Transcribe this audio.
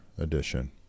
Edition